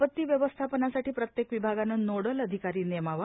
आपत्ती व्यवस्थापनासाठी प्रत्येक विभागाने नोडल अधिकारी नेमावा